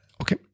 Okay